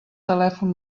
telèfon